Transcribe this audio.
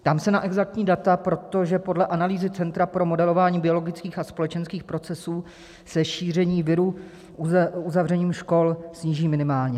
Ptám se na exaktní data, protože podle analýzy Centra pro modelování biologických a společenských procesů se šíření viru uzavřením škol sníží minimálně.